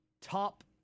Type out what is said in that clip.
top